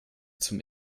zum